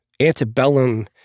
antebellum